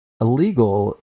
illegal